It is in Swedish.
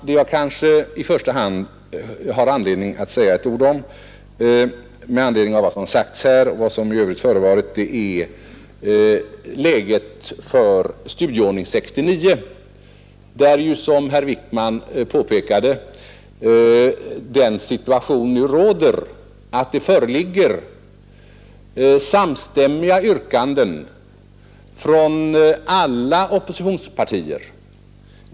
Vad jag kanske i första hand har anledning att säga några ord om i anslutning till diskussionen här och vad som i övrigt förevarit är läget för studieordning 69. Såsom herr Wijkman påpekade råder därvidlag den situationen att det föreligger samstämmiga yrkanden från alla oppositionspartier.